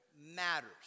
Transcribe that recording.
matters